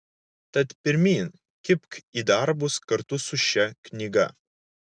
tad pirmyn kibk į darbus kartu su šia knyga